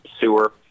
sewer